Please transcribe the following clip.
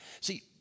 See